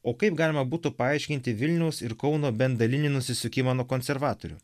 o kaip galima būtų paaiškinti vilniaus ir kauno bent dalinį nusisukimą nuo konservatorių